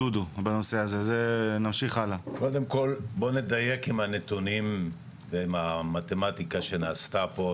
קודם כל בואו נדייק עם הנתונים והמתמטיקה שנעשתה פה.